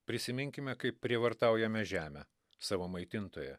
prisiminkime kaip prievartaujame žemę savo maitintoją